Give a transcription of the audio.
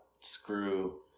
screw